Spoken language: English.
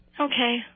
Okay